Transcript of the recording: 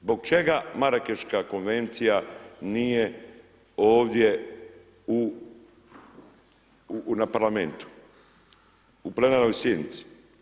Zbog čega Marakeška konvencija nije ovdje u, na parlamentu, u plenarnoj sjednici?